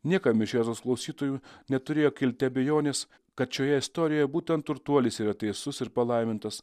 niekam iš jėzaus klausytojų neturėjo kilti abejonės kad šioje istorijoje būtent turtuolis yra teisus ir palaimintas